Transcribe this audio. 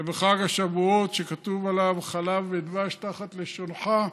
בחג השבועות, שכתוב עליו: חלב ודבש תחת לשונך,